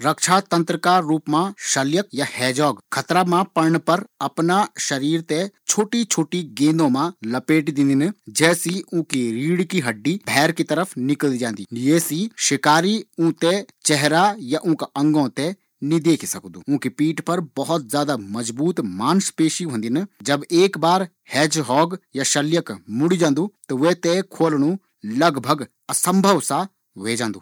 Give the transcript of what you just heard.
रक्षा तंत्र का रूप मा शल्यक या हैझोग खतरा मा पड़ना पर अपना शरीर ते छोटी छोटी गेंदों मा छिपे दिंदु जैसी उंकी रीढ़ की हड्डी भैर की तरफ ए जांदी, ये सी शिकारी उन्ते या उंका अंगों ते णी देखि सकदू।